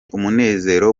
umunezero